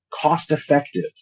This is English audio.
cost-effective